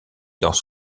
dans